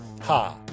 ha